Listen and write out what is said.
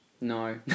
no